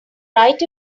right